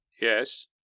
Yes